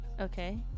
Okay